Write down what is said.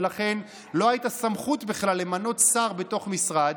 ולכן לא הייתה סמכות בכלל למנות שר בתוך משרד,